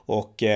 och